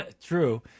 True